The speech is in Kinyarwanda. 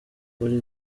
muri